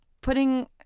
putting